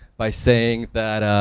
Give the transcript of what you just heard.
by saying that,